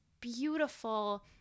beautiful